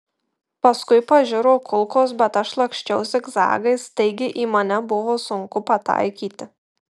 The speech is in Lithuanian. paskui pažiro kulkos bet aš laksčiau zigzagais taigi į mane buvo sunku pataikyti